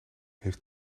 heeft